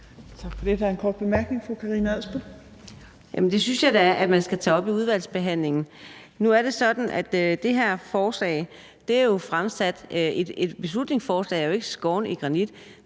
det synes jeg da at man skal tage op i udvalgsbehandlingen. Nu er det sådan, at det her forslag er fremsat, og at et beslutningsforslag jo ikke er skåret i granit.